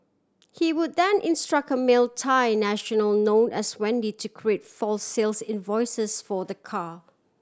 he would then instruct a male Thai national known as Wendy to create false sales invoices for the car